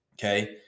Okay